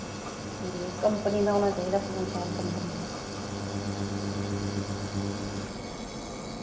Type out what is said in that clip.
ठीक ऐ कम्पनी दा होना चाहिदा फोन शैल कम्पनी दा